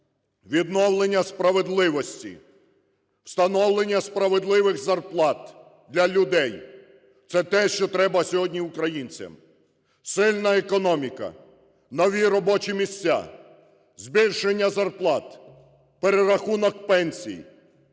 Відновлення справедливості, встановлення справедливих зарплат для людей – це те, що треба сьогодні українцям. Сильна економіка, нові робочі місця, збільшення зарплат, перерахунок пенсій,